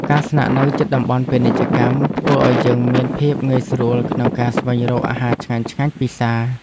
ការស្នាក់នៅជិតតំបន់ពាណិជ្ជកម្ម ធ្វើឱ្យយើងមានភាពងាយស្រួលក្នុងការស្វែងរកអាហារឆ្ងាញ់ៗពិសារ។